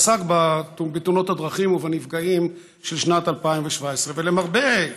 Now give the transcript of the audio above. ועסק בתאונות הדרכים והנפגעים בשנת 2017. למרבה,